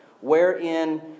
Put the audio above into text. wherein